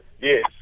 yes